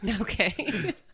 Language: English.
Okay